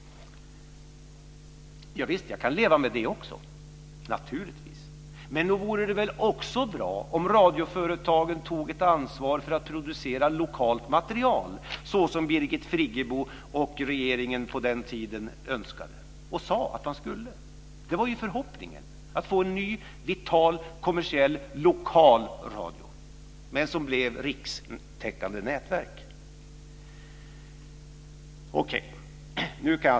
Jag kan naturligtvis leva med det också. Men nog vore det bra om radioföretagen tog ett ansvar för att producera lokalt material, såsom Birgit Friggebo och regeringen på den tiden önskade. Förhoppningen var ju att få en ny vital, kommersiell, lokal radio, men det blev rikstäckande nätverk.